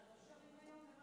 יש שר במליאה?